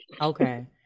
Okay